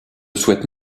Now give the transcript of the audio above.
souhaite